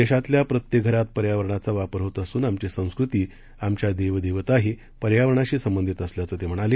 देशातल्या प्रत्येक घरात पर्यावरणाचा वापर होत असून आमची संस्कृती आमच्या देवदेवताही पर्यावरणाशी संबंधित असल्याचं ते म्हणाले